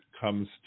comes